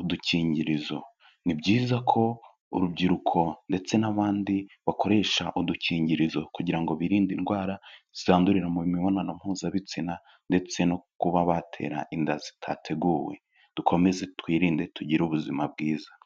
udukingirizo. Ni byiza ko urubyiruko ndetse n'abandi bakoresha udukingirizo kugira ngo birinde indwara zandurira mu mibonano mpuzabitsina ndetse no kuba batera inda zitateguwe. Dukomeze twirinde, tugire ubuzima bwiza.